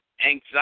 anxiety